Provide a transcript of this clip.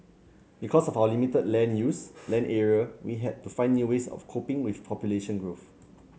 because of our limited land use land area we had to find new ways of coping with population growth